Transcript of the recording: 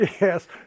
Yes